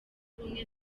ubumwe